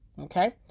Okay